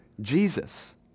Jesus